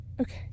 okay